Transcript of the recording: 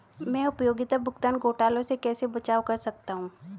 मैं उपयोगिता भुगतान घोटालों से कैसे बचाव कर सकता हूँ?